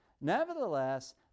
nevertheless